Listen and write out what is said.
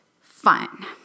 fun